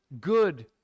good